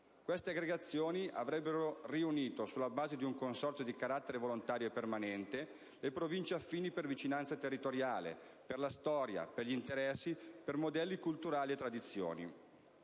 Queste aggregazioni avrebbero riunito, sulla base di un consorzio di carattere volontario e permanente, le Province affini per vicinanza territoriale, per storia, interessi, modelli culturali e tradizioni.